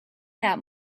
that